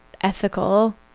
ethical